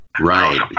right